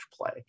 play